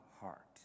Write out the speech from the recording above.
heart